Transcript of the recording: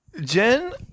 Jen